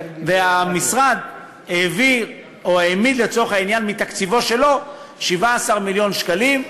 המשרד העמיד לצורך העניין מתקציבו שלו 17 מיליון שקלים.